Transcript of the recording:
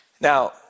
Now